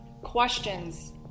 Questions